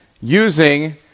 using